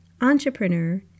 entrepreneur